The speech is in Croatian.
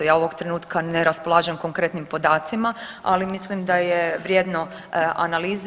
Ja ovog trenutka ne raspolažem konkretnim podacima, ali mislim da je vrijedno analize.